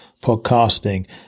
podcasting